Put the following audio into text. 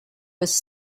was